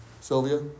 Sylvia